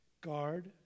guard